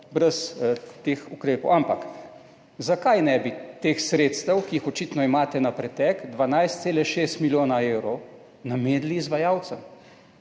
brez teh ukrepov. Ampak zakaj ne bi teh sredstev, ki jih očitno imate na pretek, 12,6 milijona evrov, namenili izvajalcem?